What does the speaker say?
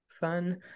fun